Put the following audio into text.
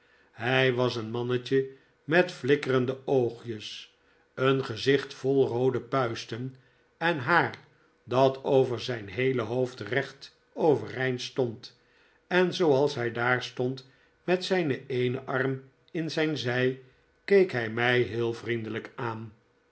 hij was een mannetje met flikkerende oogjes een gezicht vol roode puisten en haar dat over zijn heele hoofd recht overeind stond en zooals hij daar stond met zijn eenen arm in zijn zij keek hij mij heel vriendelijk aan